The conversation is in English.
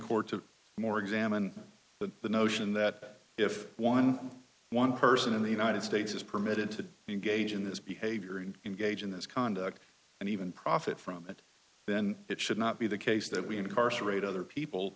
court to more examine that the notion that if one one person in the united states is permitted to engage in this behavior and engage in this conduct and even profit from it then it should not be the case that we incarcerate other people